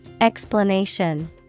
Explanation